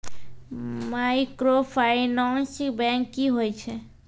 Microfinance bank की होय छै?